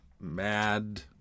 mad